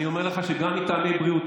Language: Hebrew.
אני אומר לכם שגם מטעמי בריאות,